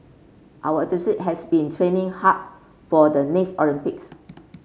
our has been training hard for the next Olympics